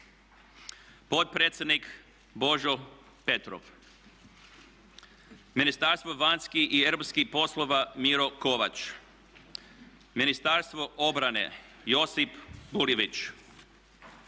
Potpredsjednik Božo Petrov. Ministarstvo vanjskih i europskih poslova Miro Kovač. Ministarstvo obrane Josip Jurjević.